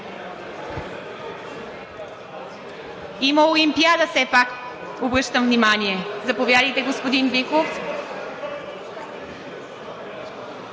Има Олимпиада все пак, обръщам внимание. Заповядайте, господин Биков.